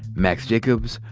max jacobs,